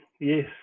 yes